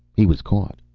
he was caught.